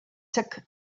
took